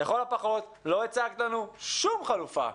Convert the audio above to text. לכל הפחות לא הצגת לנו שום חלופה.